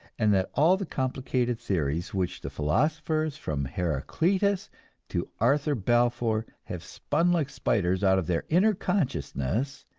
and that all the complicated theories which the philosophers from heraclitus to arthur balfour have spun like spiders out of their inner consciousness,